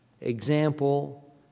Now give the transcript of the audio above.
example